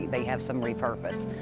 they have some repurpose.